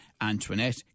Antoinette